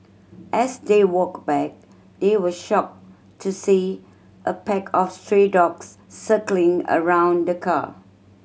as they walked back they were shocked to see a pack of stray dogs circling around the car